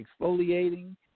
exfoliating